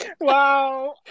Wow